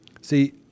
See